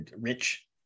rich